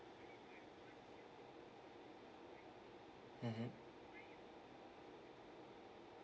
mmhmm